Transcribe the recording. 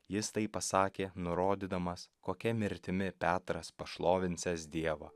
jis tai pasakė nurodydamas kokia mirtimi petras pašlovinsiąs dievą